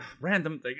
Random